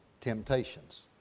temptations